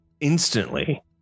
instantly